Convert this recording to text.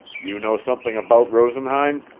you know something about rosenheim?